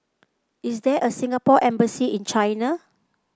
is there a Singapore Embassy in China